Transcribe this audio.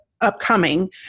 upcoming